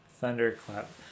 Thunderclap